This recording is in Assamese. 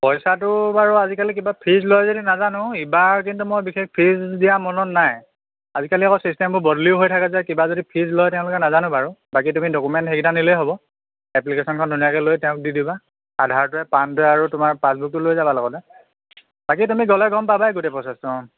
পইচাটো বাৰু আজিকালি কিবা ফিজ লয় যদি নাজানো ইবাৰ কিন্তু মই বিশেষ ফিজ দিয়া মনত নাই আজিকালি আকৌ ছিষ্টেমবোৰ বদলিও হৈ থাকে যে কিবা যদি ফিজ লয় তেওঁলোকে নাজানো বাৰু বাকি তুমি ডকুমেণ্ট সেইকেইটা নিলেই হ'ব এপ্লিকেশ্যনখন ধুনিয়াকৈ লৈ তেওঁক দি দিবা আধাৰটোৱে পানটোৱে আৰু তোমাৰ পাছবুকটো লৈ যাবা লগতে বাকি তুমি গ'লে গম পাবাই গোটেই প্ৰচেছটো অ'